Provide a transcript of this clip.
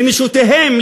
לנשותיהם,